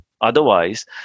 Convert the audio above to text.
Otherwise